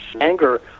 anger